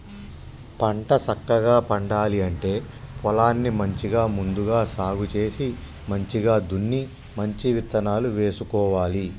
పంట సక్కగా పండాలి అంటే పొలాన్ని మంచిగా ముందుగా సాగు చేసి మంచిగ దున్ని మంచి ఇత్తనాలు వేసుకోవాలి